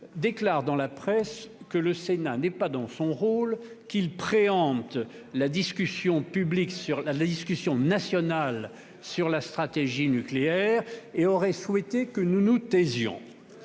déclare dans la presse que le Sénat n'est pas dans son rôle, qu'il préempte la discussion nationale sur la stratégie nucléaire : elle aurait souhaité que nous nous taisions